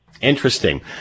Interesting